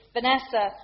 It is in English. Vanessa